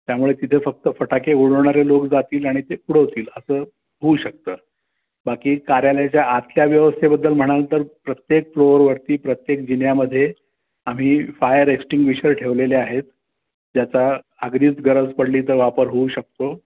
त्यामुळे तिथे फक्त फटाके उडवणारे लोक जातील आणि ते उडवतील असं होऊ शकतं बाकी कार्यालयाच्या आतल्या व्यवस्थेबद्दल म्हणाल तर प्रत्येक फ्लोअरवरती प्रत्येक जिन्यामध्ये आम्ही फायर एक्स्टींगिशर ठेवलेले आहेत ज्याचा आगदीच गरज पडली तर वापर होऊ शकतो